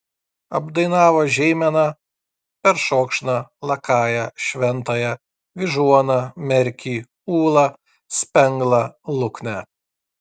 apdainavo žeimeną peršokšną lakają šventąją vyžuoną merkį ūlą spenglą luknę